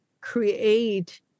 create